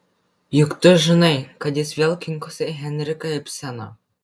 juk tu žinai kad jis vėl kinkosi henriką ibseną